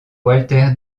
walter